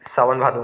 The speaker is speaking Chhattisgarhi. सावन भादो